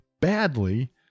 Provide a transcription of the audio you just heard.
badly